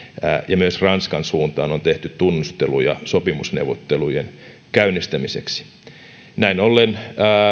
ja myös ranskan suuntaan on tehty tunnusteluja sopimusneuvottelujen käynnistämiseksi näin ollen